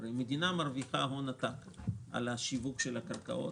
הרי המדינה מרוויחה הון עתק על שיווק הקרקעות